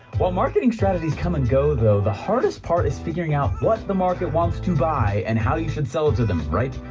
while marketing strategies come and go though, the hardest part is yeah out what the market wants to buy and how you should sell it to them, right?